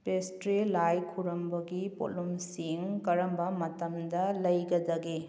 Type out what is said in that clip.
pastry ꯂꯥꯏ ꯈꯨꯔꯝꯕꯒꯤ ꯄꯣꯠꯂꯨꯝꯁꯤꯡ ꯀꯔꯝꯕ ꯃꯇꯝꯗ ꯂꯩꯒꯗꯒꯦ